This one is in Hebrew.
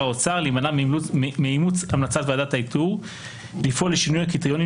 האוצר להימנע מאימוץ המלצת ועדת האיתור ולפעול לשינוי הקריטריונים